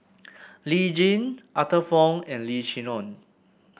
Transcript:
Lee Tjin Arthur Fong and Lim Chee Onn